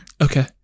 Okay